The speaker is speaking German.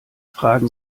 fragen